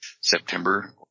September